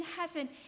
heaven